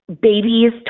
Babies